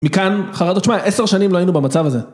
מכאן חרדות, תשמע, עשר שנים לא היינו במצב הזה.